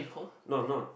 no I'm not